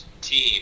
team